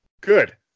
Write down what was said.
Good